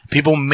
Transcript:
People